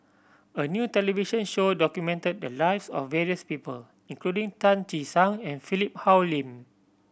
a new television show documented the lives of various people including Tan Che Sang and Philip Hoalim